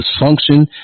dysfunction